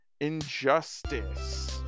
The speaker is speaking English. Injustice